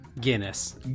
Guinness